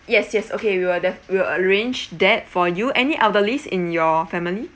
yes yes okay we'll def~ we'll arrange that for you any elderlies in your family